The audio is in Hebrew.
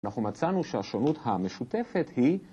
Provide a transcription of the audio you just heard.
‫אנחנו מצאנו שהשונות המשותפת היא...